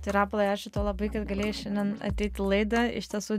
tai rapolai ačiū tau labai kad galėjai šiandien ateit į laidą iš tiesų